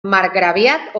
marcgraviat